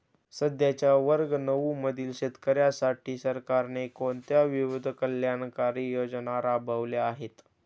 सध्याच्या वर्ग नऊ मधील शेतकऱ्यांसाठी सरकारने कोणत्या विविध कल्याणकारी योजना राबवल्या आहेत?